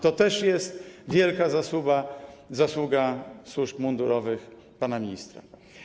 To też jest wielka zasługa służb mundurowych pana ministra.